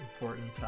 important